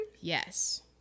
yes